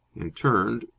and, turned,